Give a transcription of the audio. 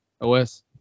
OS